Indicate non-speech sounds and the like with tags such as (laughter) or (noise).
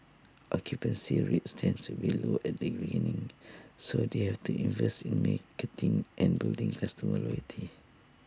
occupancy rates tend to be low at the beginning so they have to invest in (unintelligible) and building customer loyalty